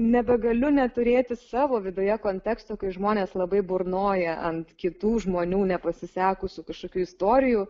nebegaliu neturėti savo viduje konteksto kai žmonės labai burnoja ant kitų žmonių nepasisekusių kažkokių istorijų